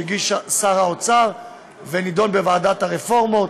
שהגיש שר האוצר ונדון בוועדת הרפורמות.